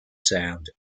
sound